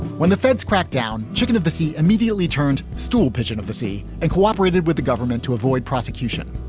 when the feds cracked down, chicken of the sea immediately turned stool pigeon of the sea and cooperated with the government to avoid prosecution,